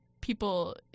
people